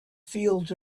fields